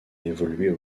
évolué